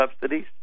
subsidies